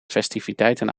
festiviteiten